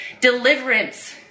deliverance